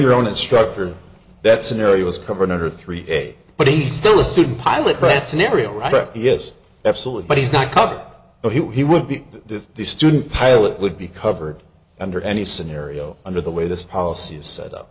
your own instructor that scenario is covered under three a but he's still a student pilot grant scenario right yes absolutely but he's not covered but he would be the the student pilot would be covered under any scenario under the way this policy is set up